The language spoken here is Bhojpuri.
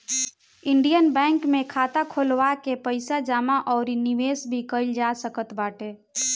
इंडियन बैंक में खाता खोलवा के पईसा जमा अउरी निवेश भी कईल जा सकत बाटे